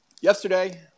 yesterday